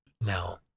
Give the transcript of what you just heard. now